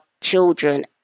children